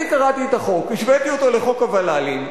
אני קראתי את החוק, השוויתי אותו לחוק הוול"לים.